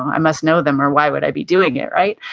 i must know them or why would i be doing it, right?